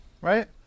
right